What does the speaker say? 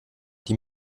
die